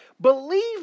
Believe